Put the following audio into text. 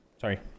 Sorry